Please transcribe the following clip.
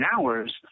hours